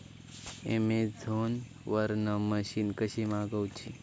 Amazon वरन machine कशी मागवची?